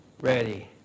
ready